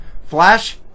Flash